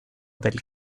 del